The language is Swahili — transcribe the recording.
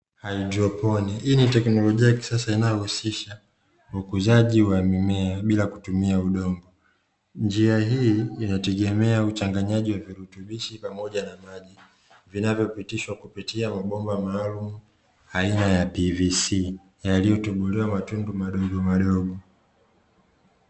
Haidroponi hii ni teknolojia ya kisasa inayohusisha ukuzaji wa mimea bila kutumia udongo, njia hii inategemea uchanganyaji wa virutubishi pamoja na maji vinavyopitishwa kupitia mabomba maalumu aina ya "PVC", yaliyotobolewa matundu madogo madogo.